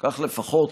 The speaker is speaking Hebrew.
כך לפחות,